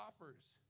offers